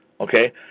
Okay